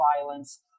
violence